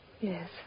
Yes